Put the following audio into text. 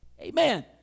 Amen